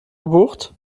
gebucht